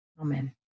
Amen